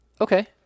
Okay